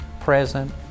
present